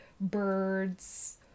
birds